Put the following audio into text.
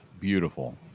beautiful